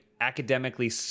academically